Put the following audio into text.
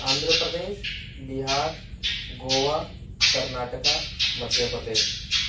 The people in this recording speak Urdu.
آندھرا پردیش بِہار گووا کرناٹکا مدھیہ پردیش